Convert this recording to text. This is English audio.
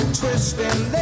twisting